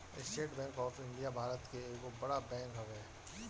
estate Bank of India Bharat के एगो बड़ बैंक हवे